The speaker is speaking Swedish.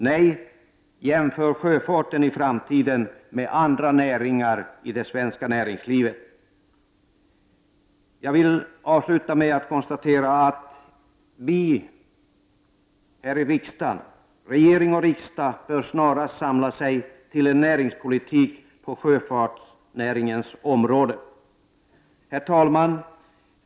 Nej, jämför i framtiden sjöfarten med andra näringar i det svenska näringslivet. Regering och riksdag bör snarast samla sig till en näringspolitik på sjöfartsnäringens område. Herr talman!